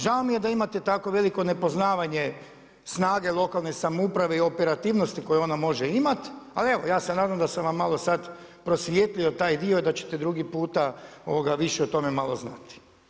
Žao mi je da imate tako veliko nepoznavanje snage lokalne samouprave i operativnosti koju ona može imati, a li evo ja se nadam da sam vam malo sad prosvijetlio taj dio, da ćete drugi puta više o tome malo znati.